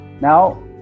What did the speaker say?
Now